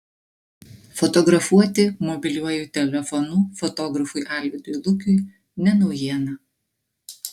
fotografuoti mobiliuoju telefonu fotografui alvydui lukiui ne naujiena